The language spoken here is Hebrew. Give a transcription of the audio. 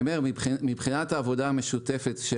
אני אומר: מבחינת העבודה המשותפת של